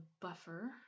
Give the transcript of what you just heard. buffer